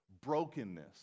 brokenness